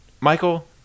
Michael